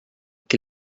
qui